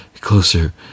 closer